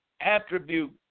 attribute